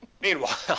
Meanwhile